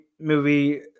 movie